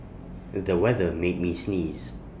the weather made me sneeze